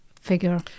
Figure